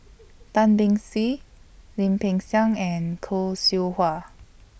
Tan Beng Swee Lim Peng Siang and Khoo Seow Hwa